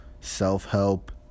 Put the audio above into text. self-help